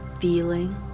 feeling